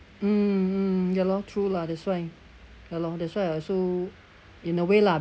mm mm ya lor true lah that's why ya lor that's why I also in a way lah